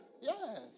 Yes